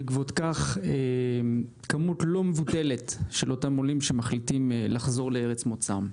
בעקבות כך כמות לא מבוטלת של אותם עולים שמחליטים לחזור לארץ מוצאם.